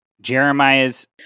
Jeremiah's